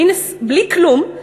בלי כלום,